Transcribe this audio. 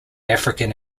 african